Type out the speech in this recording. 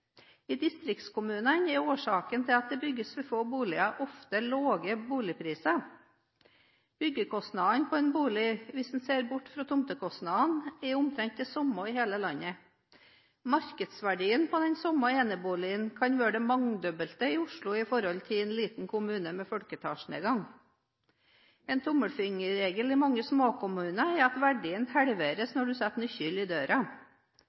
I distriktskommunene er årsaken til at det bygges for få boliger ofte lave boligpriser. Byggekostnaden på en bolig, hvis vi ser bort fra tomtekostnadene, er omtrent den samme i hele landet. Markedsverdien på den samme eneboligen kan være det mangedobbelte i Oslo i forhold til i en liten kommune med folketallsnedgang. En tommelfingerregel i mange småkommuner er at verdien halveres når man setter nøkkelen i døra.